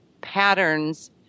patterns